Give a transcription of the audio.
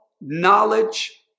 knowledge